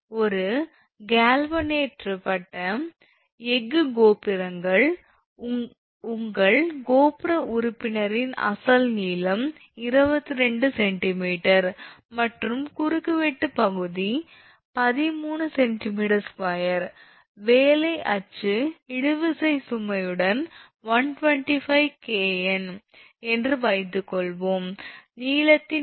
ஒரு கால்வனேற்றப்பட்ட எஃகு கோபுரங்கள் உங்கள் கோபுர உறுப்பினரின் அசல் நீளம் 22 𝑐𝑚 மற்றும் குறுக்கு வெட்டு பகுதி 13 𝑐𝑚2 வேலை அச்சு இழுவிசை சுமையுடன் 125 𝑘𝑁 என்று வைத்துக்கொள்வோம் நீளத்தின் மாற்றம் 0